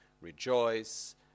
rejoice